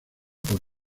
por